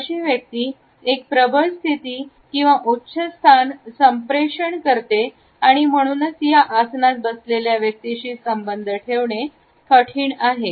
अशी व्यक्ती एक प्रबळ स्थिती किंवा उच्च स्थान संप्रेषण करते आणि म्हणूनच या आसनात बसलेल्या या व्यक्तीशी संबंध ठेवणे कठीण आहे